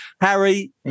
Harry